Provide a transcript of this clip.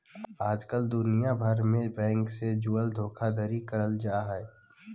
आजकल दुनिया भर मे बैंक से जुड़ल धोखाधड़ी करल जा हय